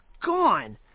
gone